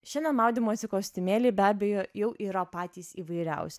šiandien maudymosi kostiumėliai be abejo jau yra patys įvairiausi